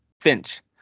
Finch